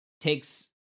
takes